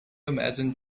imagine